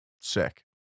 sick